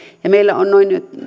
meillä on noin